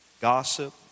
gossip